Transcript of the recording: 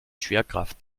schwerkraft